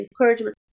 encouragement